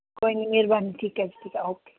ਕੋਈ ਨਹੀਂ ਮਿਹਰਬਾਨੀ ਠੀਕ ਆ ਜੀ ਠੀਕ ਆ ਓਕੇ